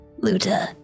Luta